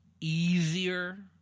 easier